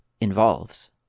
involves